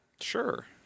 Sure